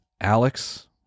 Alex